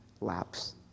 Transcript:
lapse